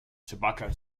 tobacco